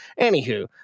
anywho